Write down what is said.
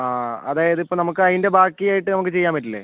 അതായത് ഇപ്പം നമുക്ക് അതിൻ്റെ ബാക്കിയായിട്ട് നമുക്ക് ചെയ്യാൻ പറ്റില്ലേ